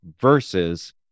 versus